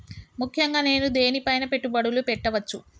ముఖ్యంగా నేను దేని పైనా పెట్టుబడులు పెట్టవచ్చు?